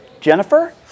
Jennifer